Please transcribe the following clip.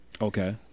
Okay